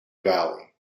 valley